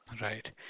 Right